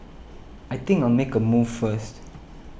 I think I'll make a move first